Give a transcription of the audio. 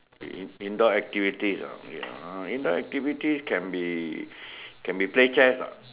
in in indoor activities ah wait ah indoor activities can be can be play chess or not